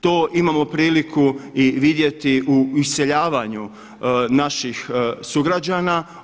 To imamo priliku vidjeti i u iseljavanju naših sugrađana.